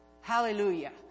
Hallelujah